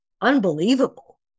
unbelievable